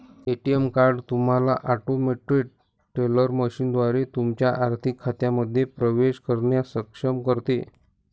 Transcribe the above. ATM card तुम्हाला automated teller मशीनद्वारे तुमच्या आर्थिक खात्यांमध्ये प्रवेश करण्यास सक्षम करते